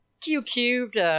Q-Cubed